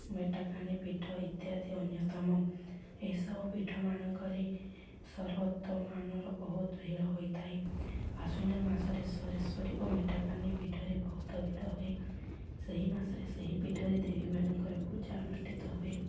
ମେଟାକାନି ପୀଠ ଇତ୍ୟାଦି ଅନ୍ୟତମ ଏହିସବୁ ପୀଠ ମାନଙ୍କରେ ସର୍ବୋତ ମାନର ବହୁତ ଭିଡ଼ ହୋଇଥାଏ ଆଶ୍ୱିନ ମାସରେ ସୁରେଶ୍ୱରୀ ଓ ମେଟାକାନି ପୀଠରେ ବହୁତ ଭିଡ଼ ହୁଏ ସେହି ମାସରେ ସେହି ପୀଠରେ ଦେବୀ ମାନଙ୍କର ପୂଜା ଅନୁଷ୍ଠିତ ହୁଏ